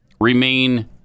remain